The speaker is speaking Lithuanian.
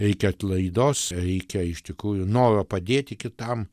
reikia atlaidos reikia iš tikrųjų noro padėti kitam